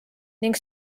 ning